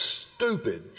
stupid